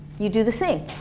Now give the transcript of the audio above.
you do the same.